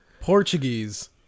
portuguese